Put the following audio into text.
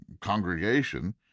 congregation